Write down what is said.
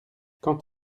quand